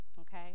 okay